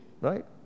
right